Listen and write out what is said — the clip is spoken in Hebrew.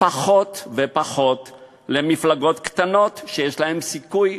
פחות ופחות למפלגות קטנות שיש להן סיכוי,